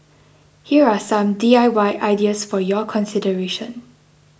here are some D I Y ideas for your consideration